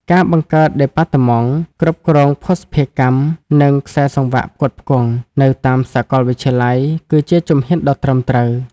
ការបង្កើតដេប៉ាតឺម៉ង់ "គ្រប់គ្រងភស្តុភារកម្ម និងខ្សែសង្វាក់ផ្គត់ផ្គង់" នៅតាមសាកលវិទ្យាល័យ គឺជាជំហានដ៏ត្រឹមត្រូវ។